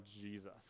Jesus